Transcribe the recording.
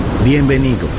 Bienvenidos